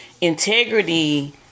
integrity